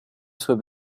soit